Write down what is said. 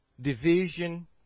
division